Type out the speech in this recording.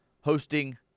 hosting